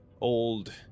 old